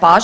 pažnje.